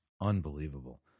Unbelievable